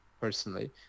personally